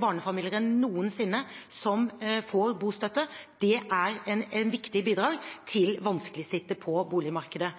barnefamilier enn noensinne som får bostøtte. Det er et viktig bidrag til vanskeligstilte på boligmarkedet.